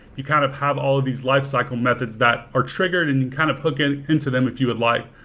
you kind of have all of these lifecycle methods that are triggered and you kind of hook and into them if you would like.